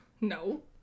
No